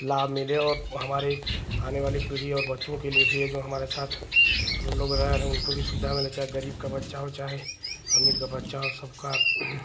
लाभ मिले और हमारी आने वाली पीढ़ी और बच्चों के लिए भी जो हमारा साथ हमलोग रह रहे हैं उनको भी सुविधा मिले चाहे गरीब का बच्चा हो चाहे अमीर का बच्चा हो सबका